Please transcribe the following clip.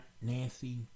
Nancy